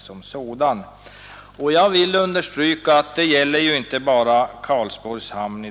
Vidare vill jag understryka att det här inte bara gäller Karlsborgs hamn.